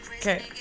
okay